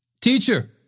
Teacher